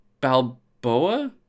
Balboa